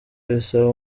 bisaba